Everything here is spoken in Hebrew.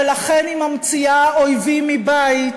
ולכן היא ממציאה אויבים מבית,